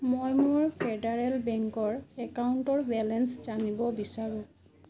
মই মোৰ ফেডাৰেল বেংকৰ একাউণ্টৰ বেলেঞ্চ জানিব বিচাৰোঁ